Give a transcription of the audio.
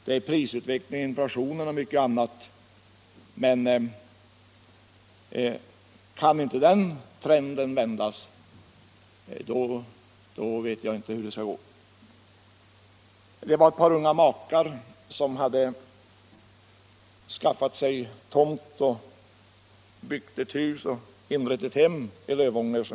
Det är prisutvecklingen, inflationen och mycket annat som medför svårigheter. Men kan inte den trenden vändas vet jag inte hur det skall gå. Jag talade för en tid sedan med ett par unga makar som hade skaffat sig tomt och byggt ett hus i Lövånger.